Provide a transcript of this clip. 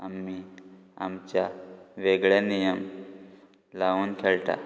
आमी आमच्या वेगळ्या नियम लावन खेळटा